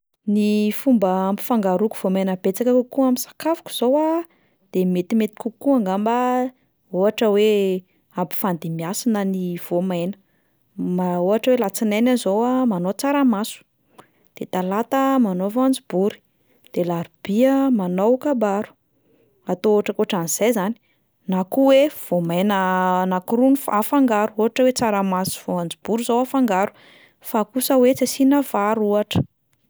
Ny fomba hampifangaroako voamaina betsaka kokoa amin'ny sakafoko zao a, de metimety kokoa angamba ohatra hoe ampifandimbiasina ny voamaina, mba ohatra hoe latsinaina aho zao a manao tsaramaso, de talata manao voanjobory, de larobia manao kabaro, atao ohatrakotran'izay 'zany, na koa hoe voamaina anankiroa no f- afangaro ohatra hoe tsaramaso sy voanjobory zao afangaro, fa kosa hoe tsy asiana vary ohatra.